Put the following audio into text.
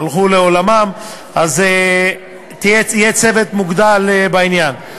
הלכו לעולמם, אז יהיה צוות מוגדל בעניין.